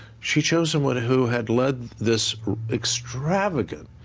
she chose someone who had led this extravagant